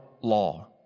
law